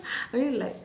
relax